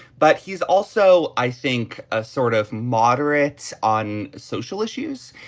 but he's also i think a sort of moderate on social issues.